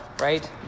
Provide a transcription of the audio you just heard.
right